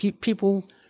people